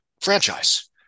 franchise